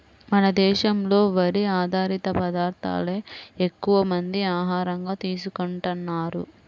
మన దేశంలో వరి ఆధారిత పదార్దాలే ఎక్కువమంది ఆహారంగా తీసుకుంటన్నారు